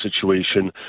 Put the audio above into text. situation